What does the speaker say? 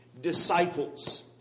disciples